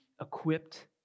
equipped